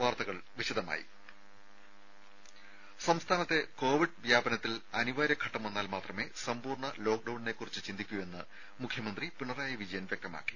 വാർത്തകൾ വിശദമായി സംസ്ഥാനത്തെ കോവിഡ് വ്യാപനത്തിൽ അനിവാര്യ ഘട്ടം വന്നാൽ മാത്രമേ സമ്പൂർണ്ണ ലോക്ഡൌണിനെക്കുറിച്ച് ചിന്തിക്കൂ എന്ന് മുഖ്യമന്ത്രി പിണറായി വിജയൻ വ്യക്തമാക്കി